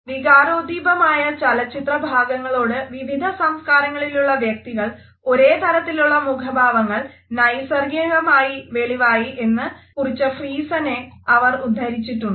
വികാരോദ്ദീപകമായ ചലച്ചിത്രഭാഗങ്ങളോട് വിവിധ സംസ്കാരങ്ങളിലുള്ള വ്യക്തികളിൽ ഒരേ തരത്തിലുള്ള മുഖഭാവങ്ങൾ നൈസർഗികമായി വെളിവായി എന്ന് കുറിച്ച ഫ്രീസനെ അവർ ഉദ്ധരിച്ചിട്ടുണ്ട്